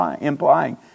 implying